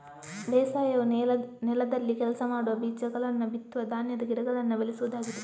ಬೇಸಾಯವು ನೆಲದಲ್ಲಿ ಕೆಲಸ ಮಾಡುವ, ಬೀಜಗಳನ್ನ ಬಿತ್ತುವ ಧಾನ್ಯದ ಗಿಡಗಳನ್ನ ಬೆಳೆಸುವುದಾಗಿದೆ